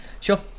sure